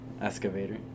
Excavator